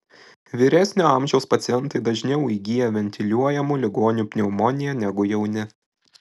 vyresnio amžiaus pacientai dažniau įgyja ventiliuojamų ligonių pneumoniją negu jauni